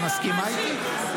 את מסכימה איתי?